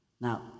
Now